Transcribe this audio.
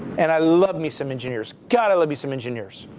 and i love me some engineers. god, i love me some engineers.